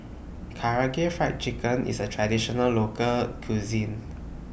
Karaage Fried Chicken IS A Traditional Local Cuisine